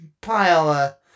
pile